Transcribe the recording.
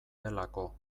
delako